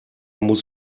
muss